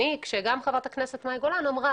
גם חברת הכנסת גולן אמרה